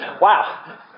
Wow